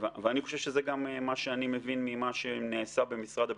ואני חושב שזה גם מה שאני מבין ממה שנעשה במשרד הביטחון,